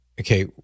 okay